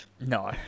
No